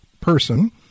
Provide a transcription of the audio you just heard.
person